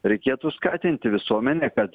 reikėtų skatinti visuomenę kad